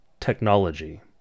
technology